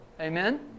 Amen